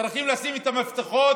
צריכים לשים את המפתחות,